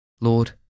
Lord